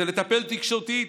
זה לטפל תקשורתית,